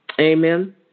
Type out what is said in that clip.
Amen